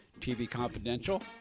tvconfidential